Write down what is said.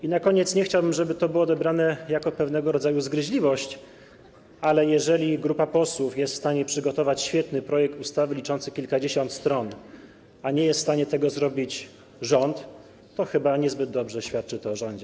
I na koniec: nie chciałbym, żeby to było odebrane jako pewnego rodzaju zgryźliwość, ale jeżeli grupa posłów jest w stanie przygotować świetny projekt ustawy, liczący kilkadziesiąt stron, a nie jest w stanie zrobić tego rząd, to chyba niezbyt dobrze świadczy to o rządzie.